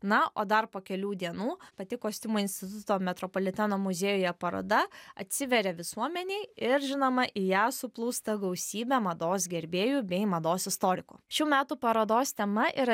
na o dar po kelių dienų pati kostiumo instituto metropoliteno muziejuje paroda atsiveria visuomenei ir žinoma į ją suplūsta gausybė mados gerbėjų bei mados istorikų šių metų parodos tema yra